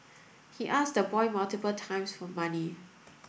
he asked the boy multiple times for money